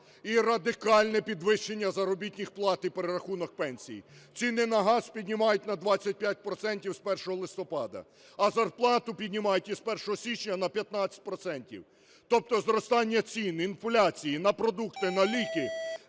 і радикальне підвищення заробітній плат і перерахунок пенсій. Ціни на газ піднімають на 25 процентів з 1 листопада, а зарплату піднімають із 1 січня на 15 процентів, тобто зростання цін, інфляція на продукти, на ліки